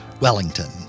Wellington